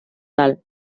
tal